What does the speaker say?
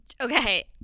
Okay